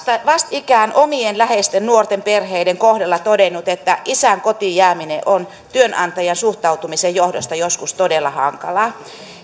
vastikään omien läheisten nuorten perheiden kohdalla todennut että isän kotiin jääminen on työnantajan suhtautumisen johdosta joskus todella hankalaa